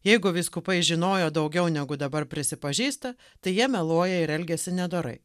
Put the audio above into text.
jeigu vyskupai žinojo daugiau negu dabar prisipažįsta tai jie meluoja ir elgiasi nedorai